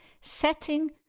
setting